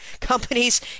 companies